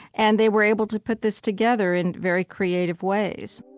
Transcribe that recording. and they were able to put this together in very creative ways.